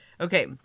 Okay